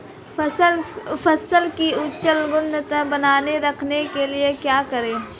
फसल की उच्च गुणवत्ता बनाए रखने के लिए क्या करें?